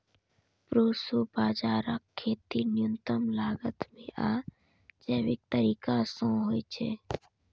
proso बाजाराक खेती न्यूनतम लागत मे आ जैविक तरीका सं होइ छै